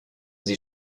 sie